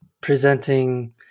presenting